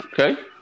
Okay